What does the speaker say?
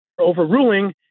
overruling